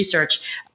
research